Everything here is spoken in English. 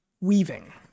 weaving